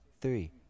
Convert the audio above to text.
three